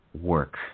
work